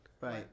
right